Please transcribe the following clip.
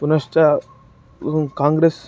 पुनश्च काङ्ग्रेस्